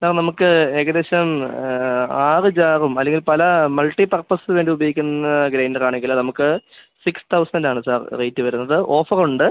sir നമുക്ക് ഏകദേശം ആറ് ജാറും അല്ലെങ്കിൽ പല മൾട്ടിപർപ്പസ് വേണ്ടി ഉപയോഗിക്കുന്ന ഗ്രൈൻഡറാണെങ്കിൽ നമുക്ക് സിക്സ് തൗസൻറ്റ് ആണ് സാർ റേറ്റ് വരുന്നത് ഓഫറുണ്ട്